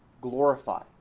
glorify